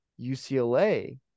UCLA